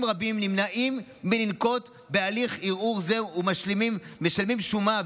רבים נמנעים מלנקוט הליך ערעור זה ומשלמים שומה,